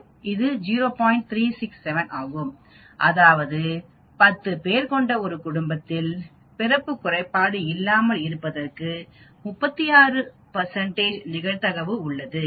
367 ஆகும் அதாவது 10 பேர் கொண்ட ஒரு குடும்பத்தில் பிறப்பு குறைபாடு இல்லாமல் இருப்பதற்கு 36 நிகழ்தகவு உள்ளது